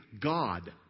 God